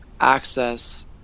access